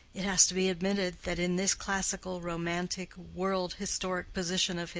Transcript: it has to be admitted that in this classical, romantic, world-historic position of his,